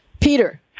peter